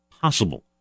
possible